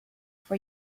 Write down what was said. for